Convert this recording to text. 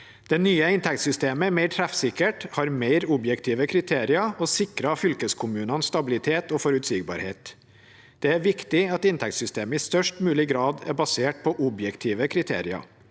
Det nye inntektssystemet er mer treffsikkert, har mer objektive kriterier og sikrer fylkeskommunene stabilitet og forutsigbarhet. Det er viktig at inntektssystemet i størst mulig grad er basert på objektive kriterier.